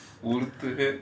உறுத்துது:uruthuthu